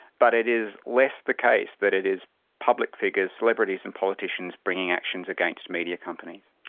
but it is less the case that it is public figures, celebrities and politicians, bringing actions against media companies.